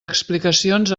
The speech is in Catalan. explicacions